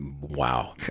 wow